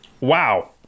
wow